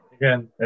again